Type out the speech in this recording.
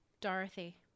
Dorothy